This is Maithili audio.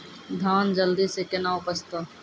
धान जल्दी से के ना उपज तो?